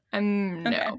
No